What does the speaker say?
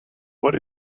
what